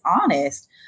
honest